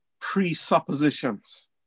presuppositions